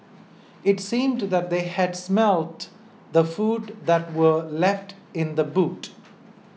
it seemed that they had smelt the food that were left in the boot